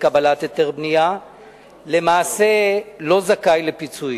לקבלת היתר בנייה למעשה לא זכאי לפיצויים.